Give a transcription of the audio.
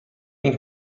این